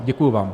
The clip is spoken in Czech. Děkuji vám.